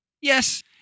Yes